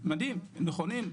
נכונים,